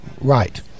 right